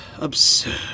Absurd